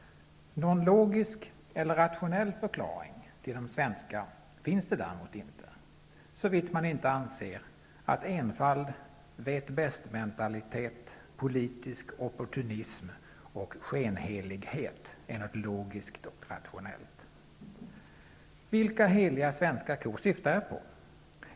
Någon logisk eller rationell förklaring till de svenska finns det däremot inte -- såvitt man inte anser att enfald, vet-bästmentalitet, politisk opportunism och skenhelighet är något logiskt och rationellt. Vilka heliga svenska kor syftar jag på?